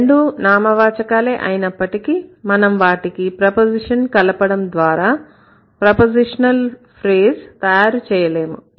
రెండూ నామవాచకాలే అయినప్పటికీ మనం వాటికి ప్రపోజిషన్ కలపడం ద్వారా ప్రపోజిషనల్ ఫ్రేజ్ PP తయారు చేయలేము